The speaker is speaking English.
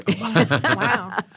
Wow